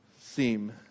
seem